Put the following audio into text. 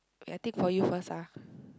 ya I tick for you first ah